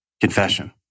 confession